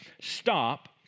Stop